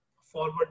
forward